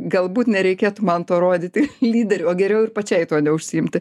galbūt nereikėtų man to rodyti lyderiu o geriau ir pačiai tuo neužsiimti